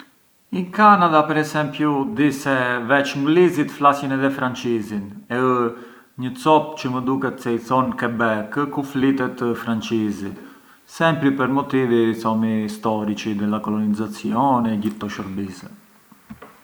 In Canada per esempiu di se veç nglisin flasjën edhe françisin, e ë një copë çë më duket se i thon Quebec, ku flitet françisi, sempri pë motivi thomi storici della colonizzazioni e gjithë këto shurbise.